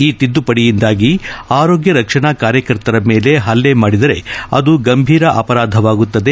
ಈ ತಿದ್ದುಪಡಿಯಿಂದಾಗಿ ಆರೋಗ್ಯ ರಕ್ಷಣಾ ಕಾರ್ಯಕರ್ತರ ಮೇಲೆ ಹಲ್ಲೆ ಮಾಡಿದರೆ ಅದು ಗಂಭೀರ ಅಪರಾಧವಾಗುತ್ತದೆ